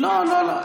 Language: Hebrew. תגיד כן או לא.